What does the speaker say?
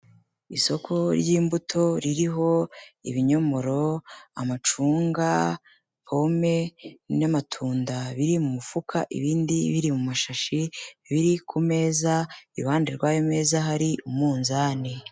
Isoko ry'imbuto ririho ibinyomoro, amacunga, pome n'amatunda biri mu mufuka ibindi biri mu mashashi biri ku meza iruhande rw'ayo meza hari umunzani.